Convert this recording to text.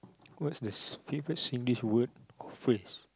what's his favourite Singlish word phrase